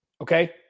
Okay